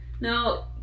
No